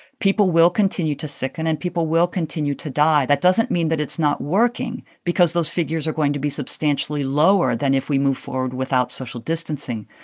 people will continue to sicken and people will continue to die. that doesn't mean that it's not working because those figures are going to be substantially lower than if we move forward without social distancing.